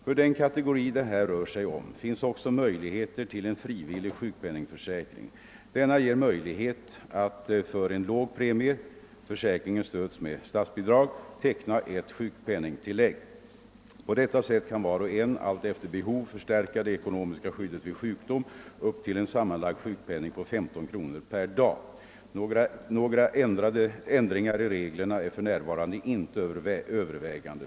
För den kategori det här rör sig om finns också möjligheter till en frivillig sjukpenningförsäkring. Denna ger möjlighet att för en låg premie — försäkringen stöds med statsbidrag — teckna ett sjukpenningtillägg. På det sättet kan var och en alltefter behov förstärka det ekonomiska skyddet vid sjukdom upp till en sammanlagd sjukpenning på 15 kronor per dag. Några ändringar i reglerna är för närvarande inte under övervägande.